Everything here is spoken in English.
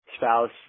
spouse